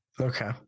okay